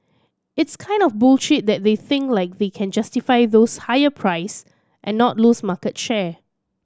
it's kind of bullish that they feel like they can justify those higher price and not lose market share